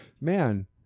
Man